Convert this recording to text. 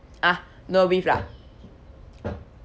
ah no beef lah